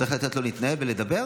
וצריך לתת לו להתנהל ולדבר,